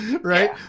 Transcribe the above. Right